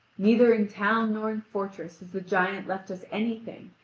neither in town nor in fortress has the giant left us anything,